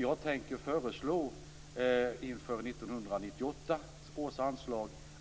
Inför 1998 års anslag tänker jag föreslå